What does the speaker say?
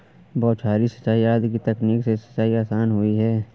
बौछारी सिंचाई आदि की तकनीक से सिंचाई आसान हुई है